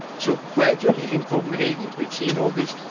so gradually in copenhagen, we've seen all this,